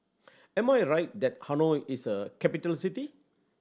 am I right that Hanoi is a capital city